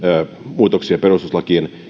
muutoksia perustuslakiin